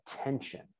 attention